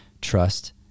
Trust